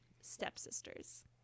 stepsisters